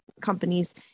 companies